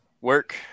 work